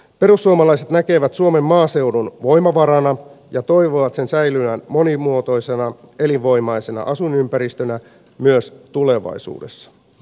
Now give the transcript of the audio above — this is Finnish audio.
perussuomalaiset näkevät suomen maaseudun voimavarana ja toivovat sen säilyvän monimuotoisena elinvoimaisena asuinympäristönä myös tulevaisuudessa